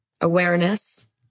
awareness